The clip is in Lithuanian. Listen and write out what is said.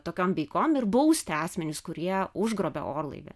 tokiom veikom ir bausti asmenis kurie užgrobia orlaivį